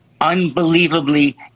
unbelievably